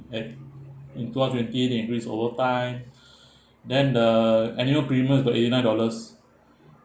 and if two hundred twenty they increase over time then the annual premium for eighty nine dollars